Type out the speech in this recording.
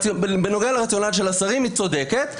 בנוגע לרציונל של השרים היא צודקת,